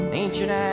ancient